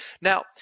Now